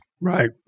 right